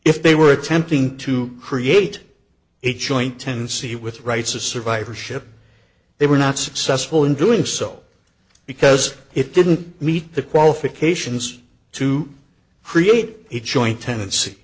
if they were attempting to create a joint tenancy with rights a survivorship they were not successful in doing so because it didn't meet the qualifications to create a joint tenancy